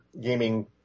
gaming